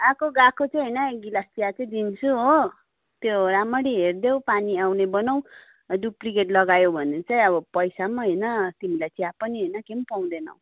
आएको गएको चाहिँ होइन एक गिलास चिया चाहिँ दिन्छु हो त्यो राम्ररी हेरिदेऊ पानी आउने बनाऊ डुप्लिकेट लगायौ भने चाहिँ अब पैसा पनि होइन तिमीलाई चिया पनि होइन केही पनि पाउँदैनौ